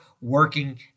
working